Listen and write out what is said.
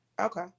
Okay